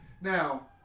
now